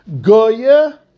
goya